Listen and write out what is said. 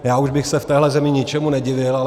Já už bych se v téhle zemi ničemu nedivil.